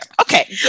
Okay